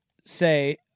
say